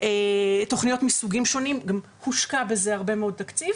תוכניות מסוגים שונים וגם הושקע בהן תקציב